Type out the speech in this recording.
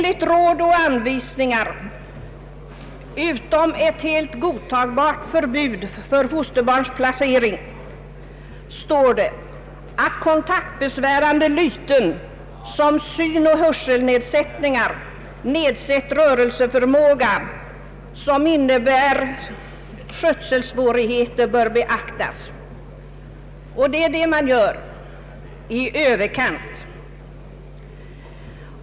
I ”Råd och anvisningar” står det — utom ett helt godtagbart förbud för fosterbarnsplacering — att kontaktbesvärande lyten som synoch hörselnedsättningar och nedsatt rörelseförmåga som innebär skötselsvårigheter bör beaktas. Det är det man gör, i överkant.